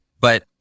but-